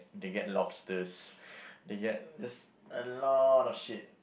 they get lobsters they get just a lot of shit